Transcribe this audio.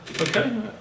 Okay